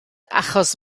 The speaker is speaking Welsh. achos